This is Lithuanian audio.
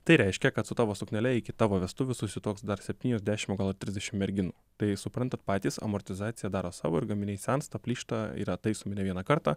tai reiškia kad su tavo suknele iki tavo vestuvių susituoks dar septynios dešim o gal ir trisdešim merginų tai suprantat patys amortizacija daro savo ir gaminiai sensta plyšta yra taisomi ne vieną kartą